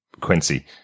quincy